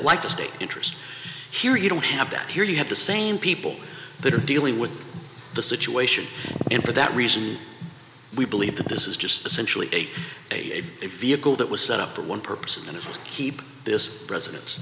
like a state interest here you don't have that here you have the same people that are dealing with the situation and for that reason we believe that this is just essentially a vehicle that was set up for one purpose and it was keep this president